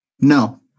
No